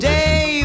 Day